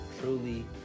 truly